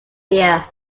dear